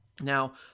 Now